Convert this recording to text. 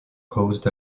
caused